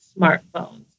smartphones